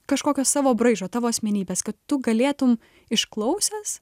kažkokio savo braižo tavo asmenybės kad tu galėtum išklausęs